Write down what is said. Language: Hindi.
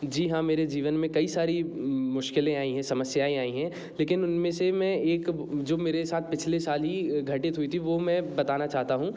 जी हाँ मेरे जीवन में कई सारी मुश्किलें आई हैं समस्याए आई हैं लेकिन उनमें से मैं एक जो मेरे साथ पिछले साल ही घटित हई थी वह मैं बताना चाहता हूँ